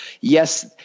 Yes